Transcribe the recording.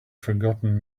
forgotten